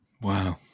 Wow